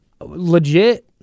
Legit